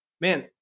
man